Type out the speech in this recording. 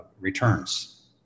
returns